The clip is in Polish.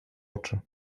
oczy